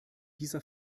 dieser